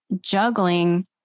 juggling